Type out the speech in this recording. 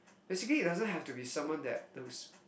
basically it doesn't have to be someone that those